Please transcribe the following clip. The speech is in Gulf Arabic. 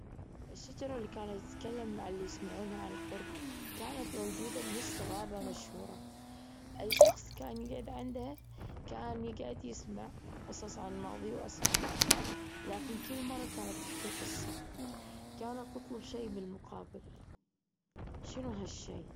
الشجرة اللي كانت تتكلم مع اللي يسمعونها عن قرب كانت موجودة بنص غابة مشهورة. أي شخص كان يقعد عندها كان يقعد يسمع قصص عن الماضي وأسراره، لكن كل مرة كانت تحكي قصة كانت تطلب شي بالمقابل. شنو هالشي؟